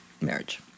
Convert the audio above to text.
marriage